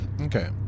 Okay